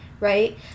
Right